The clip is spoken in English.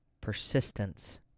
Persistence